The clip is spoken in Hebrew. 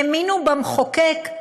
האמינו למחוקק,